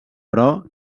però